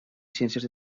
ciències